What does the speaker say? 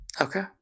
Okay